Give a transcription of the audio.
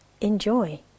enjoy